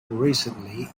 recently